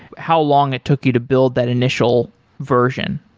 how long it took you to build that initial version.